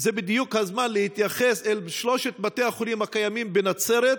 זה בדיוק הזמן להתייחס אל שלושת בתי החולים הקיימים בנצרת,